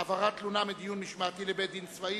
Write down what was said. (העברת תלונה מדיון משמעתי לבית-דין צבאי),